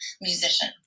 musician